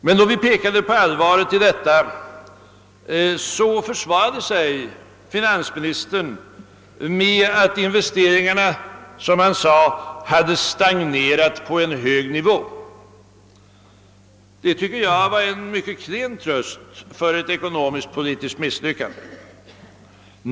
Men då vi pekade på det besvärliga läget försvarade finansministern sig med att investeringarna, som han sade, hade stagnerat på en hög nivå. Det tycker jag var en mycket klen tröst för ett ekonomisk-politiskt misslyckande.